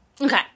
Okay